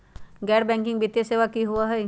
गैर बैकिंग वित्तीय सेवा की होअ हई?